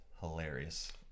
hilarious